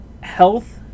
health